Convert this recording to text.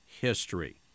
history